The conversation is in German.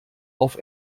auf